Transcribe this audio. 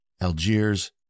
Algiers